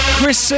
Chris